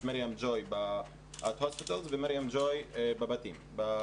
יש 'מרים ג'וי' בבתי חולים ויש 'מרים ג'וי' בבית.